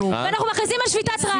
אנחנו מכריזים על שביתת רעב.